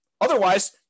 Otherwise